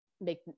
make